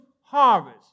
harvest